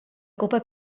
copa